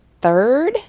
third